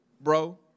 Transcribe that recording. bro